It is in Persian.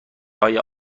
های